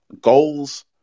goals